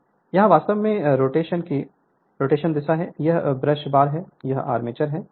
Refer Slide Time 1530 यह वास्तव में रोटेशन की रोटेशन दिशा है यह ब्रश बार है यह आर्मेचर है